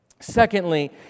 Secondly